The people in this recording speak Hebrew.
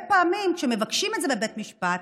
הרבה פעמים, כשמבקשים את זה בבית המשפט,